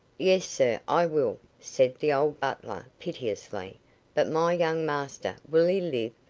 yes, sir, i will, said the old butler, piteously but my young master will he live?